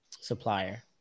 supplier